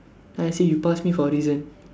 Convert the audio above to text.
then I say you pass me for a reason